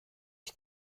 ich